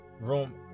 room